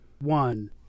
one